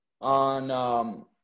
on